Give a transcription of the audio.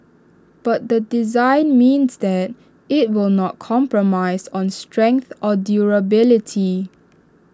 but the design means that IT will not compromise on strength or durability